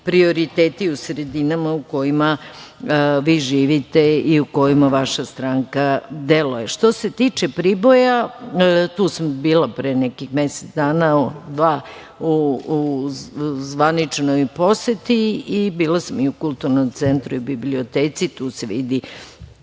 prioriteti u sredinama u kojima vi živite i u kojima vaša stranka deluje. Što se tiče Priboja, tu sam bila pre nekih mesec dana, dva u zvaničnoj poseti. Bila sam i u Kulturnom centru i biblioteci. Tu se vidi